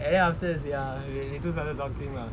and then after sia we two started talking lah